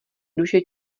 duše